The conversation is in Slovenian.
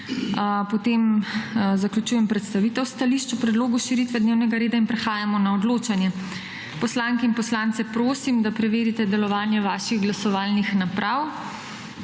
ne. Zaključujem predstavitev stališč o predlogu širitve dnevnega reda. Prehajamo na odločanje. Poslanke in poslance prosim, da preverijo delovanje glasovalnih naprav.